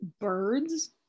Birds